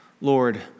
Lord